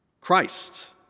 Christ